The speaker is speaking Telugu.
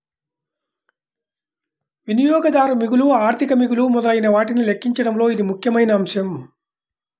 వినియోగదారు మిగులు, ఆర్థిక మిగులు మొదలైనవాటిని లెక్కించడంలో ఇది ముఖ్యమైన అంశం